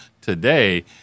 today